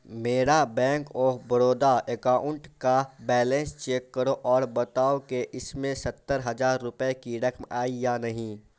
میرا bank of Baroda account کا balance check کرو اور بتاؤ کہ اس میں ستر ہزار روپے کی رقم آئی یا نہیں